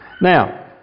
Now